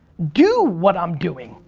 do what i'm doing.